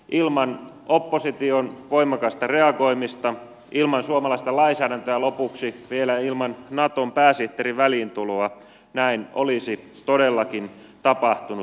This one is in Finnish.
ilman opposition voimakasta reagoimista ilman suomalaista lainsäädäntöä lopuksi vielä ilman naton pääsihteerin väliintuloa näin olisi todellakin tapahtunut